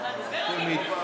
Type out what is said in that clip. אין לנו שמית.